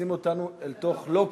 שמכניסים אותנו אל תוך לוקר.